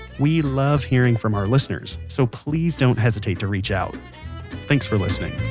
we love hearing from our listeners, so please don't hesitate to reach out thanks for listening